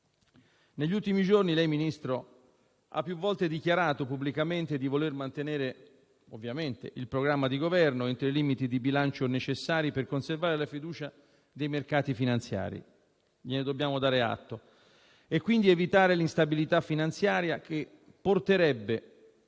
negli ultimi giorni, il Ministro in indirizzo ha più volte dichiarato pubblicamente di voler mantenere il programma di governo entro i limiti di bilancio necessari per conservare la fiducia dei mercati finanziari e, quindi, evitare l'instabilità finanziaria che potrebbe